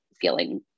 feeling